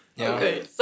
okay